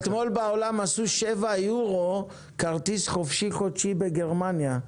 אתמול בעולם קבעו 7 יורו כרטיס חופשי-חודשי בגרמניה.